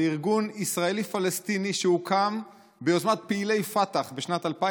זה ארגון ישראלי-פלסטיני שהוקם ביוזמת פעילי פתח בשנת 2006